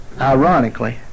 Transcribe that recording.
Ironically